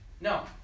No